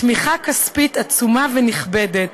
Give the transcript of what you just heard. תמיכה כספית עצומה ונכבדת.